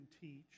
teach